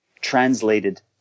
translated